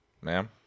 Ma'am